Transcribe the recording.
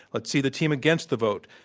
let's see the team against the vote.